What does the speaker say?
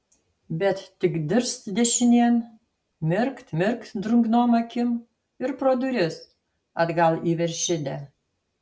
bet tik dirst dešinėn mirkt mirkt drungnom akim ir pro duris atgal į veršidę